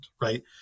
Right